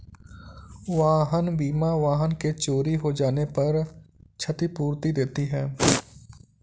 वाहन बीमा वाहन के चोरी हो जाने पर क्षतिपूर्ति देती है